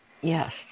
Yes